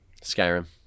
Skyrim